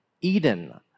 Eden